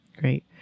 Great